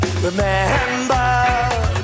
Remember